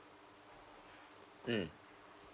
mm